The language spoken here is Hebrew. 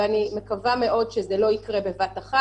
ואני מקווה מאוד שזה לא יקרה בבת אחת.